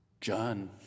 John